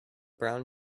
brown